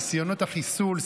ניסיונות החיסול,